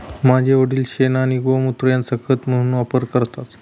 माझे वडील शेण आणि गोमुत्र यांचा खत म्हणून वापर करतात